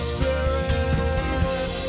Spirit